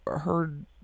heard